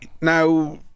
now